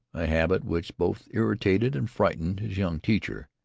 a habit which both irritated and frightened his young teacher.